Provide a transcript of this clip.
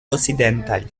occidentale